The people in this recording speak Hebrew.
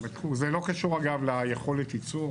לא קשור ליכולת ייצור